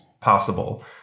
possible